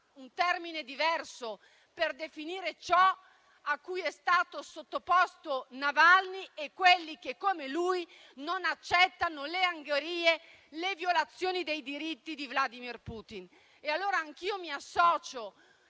un termine diverso per definire ciò a cui è stato sottoposto Navalny e quelli che come lui non accettano le angherie e le violazioni dei diritti di Vladimir Putin. Allora anch'io mi associo